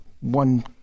one